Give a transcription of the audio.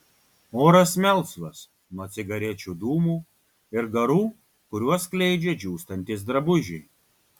oras melsvas nuo cigarečių dūmų ir garų kuriuos skleidžia džiūstantys drabužiai